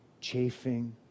chafing